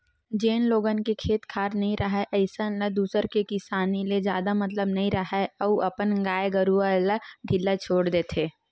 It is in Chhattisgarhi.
जेन लोगन के खेत खार नइ राहय अइसन ल दूसर के किसानी ले जादा मतलब नइ राहय अउ अपन गाय गरूवा ल ढ़िल्ला छोर देथे